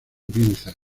vincent